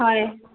হয়